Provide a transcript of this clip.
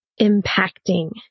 impacting